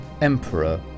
Emperor